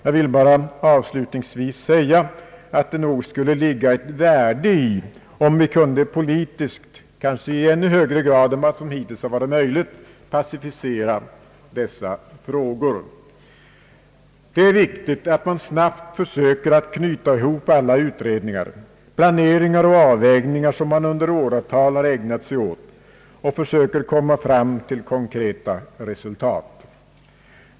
Jag vill bara avslutningsvis säga, att det nog skulle ligga ett värde i om vi kunde politiskt — kanske i ännu högre grad än som hittills har varit möjligt — pacificera dessa frågor. Det är viktigt att man snabbt försöker knyta ihop alla utredningar, planeringar och avvägningar som man under åratal har ägnat sig åt och försöker komma fram till konkreta resultat.